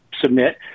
submit